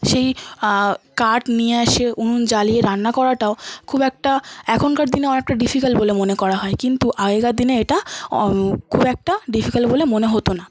সেই কাঠ নিয়ে এসে উনুন জ্বালিয়ে রান্না করাটাও খুব একটা এখনকার দিনে অনেকটা ডিফিকাল্ট বলে মনে করা হয় কিন্তু আগেকার দিনে এটা খুব একটা ডিফিকাল্ট বলে মনে হতো না